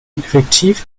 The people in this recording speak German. effektiv